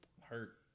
Hurt